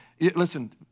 Listen